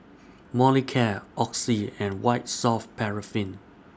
Molicare Oxy and White Soft Paraffin